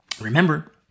remember